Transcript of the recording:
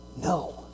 No